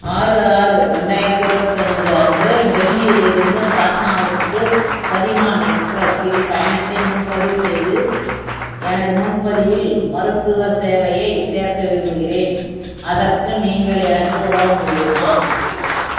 ஆறு ஆறு ரெண்டாயிரத்து இருவத்தஞ்சு அன்று டெல்லியிலிருந்து பாட்னாவுக்கு கதிமான் எக்ஸ்ப்ரஸில் பயணத்தை முன்பதிவு செய்து எனது முன்பதிவில் மருத்துவ சேவையைச் சேர்க்க விரும்புகிறேன் அதற்கு நீங்கள் எனக்கு உதவ முடியுமா